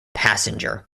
passenger